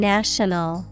National